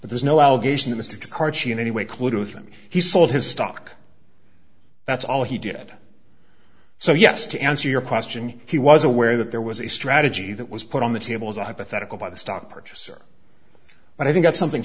that there's no allegation of this to karachi in any way clue to them he sold his stock that's all he did so yes to answer your question he was aware that there was a strategy that was put on the table as a hypothetical by the stock purchaser but i think that's something